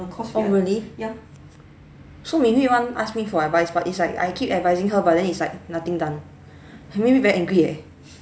orh really so min hui want to ask me for advice for it's like I keep advising her but then it's like nothing done make me very angry eh